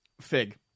Fig